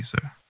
sir